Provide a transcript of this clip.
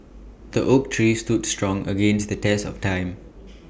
the oak tree stood strong against the test of time